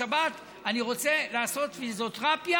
בשבת אני רוצה לעשות פיזיותרפיה,